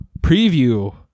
preview